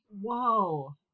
whoa